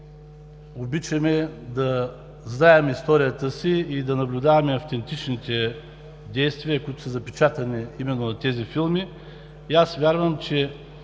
обичаме да знаем историята си и да наблюдаваме автентичните действия, които са запечатани именно на тези филми и аз вярвам, че